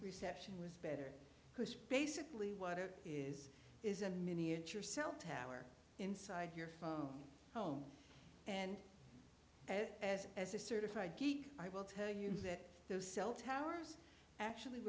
reception was better because basically what it is is a miniature cell tower inside your phone home and as as a certified geek i will tell you that those cell towers actually